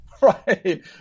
Right